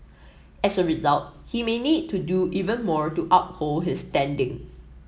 as a result he may need to do even more to uphold his standing